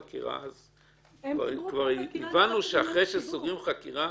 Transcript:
כבר הבנו שאחרי שסוגרים חקירה